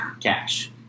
cash